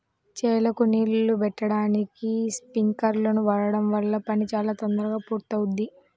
చేలకు నీళ్ళు బెట్టడానికి స్పింకర్లను వాడడం వల్ల పని చాలా తొందరగా పూర్తవుద్ది